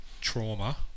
trauma